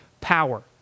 power